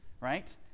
right